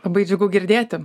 labai džiugu girdėti